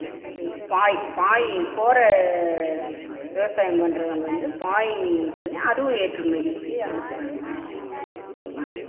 அப்றம் என்னது பாய் பாய் கோர விவசாயம் பண்றவங்க வந்து பாய் இது பண்ணி அதுவும் ஏற்றுமதிக்கு அனுப்புகிறாங்க போதுமா